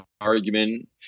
argument